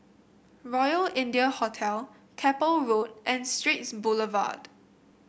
Royal India Hotel Keppel Road and Straits Boulevard